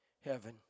heaven